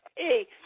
Hey